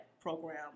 program